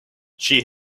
she